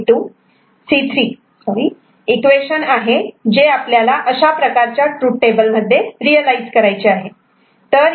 C3 equation आहे जे आपल्यालाला अशा प्रकारच्या ट्रूथ टेबल मध्ये रियलायझ करायचे आहे